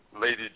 Lady